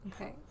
Okay